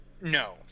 no